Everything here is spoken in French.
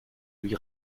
lui